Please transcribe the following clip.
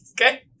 okay